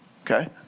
Okay